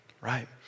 right